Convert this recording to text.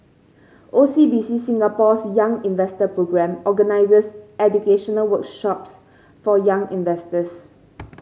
O C B C Singapore's Young Investor Programme organizes educational workshops for young investors